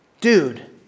dude